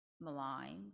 maligned